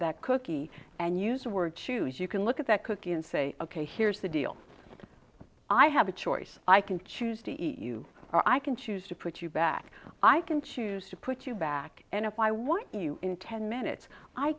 that cookie and use the word choose you can look at that cookie and say ok here's the deal i have a choice i can choose the e u or i can choose to put you back i can choose to put you back and if i want you in ten minutes i